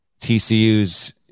TCU's